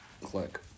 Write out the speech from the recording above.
click